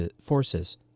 forces